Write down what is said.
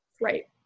Right